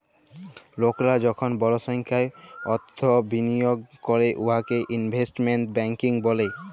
লকরা যখল বড় সংখ্যায় অথ্থ বিলিয়গ ক্যরে উয়াকে ইলভেস্টমেল্ট ব্যাংকিং ব্যলে